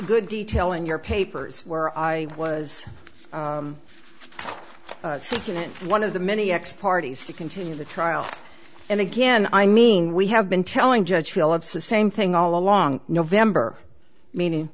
good detail in your papers where i was seconded one of the many ex parties to continue the trial and again i mean we have been telling judge phillips the same thing all along november meaning